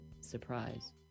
surprise